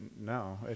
no